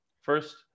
First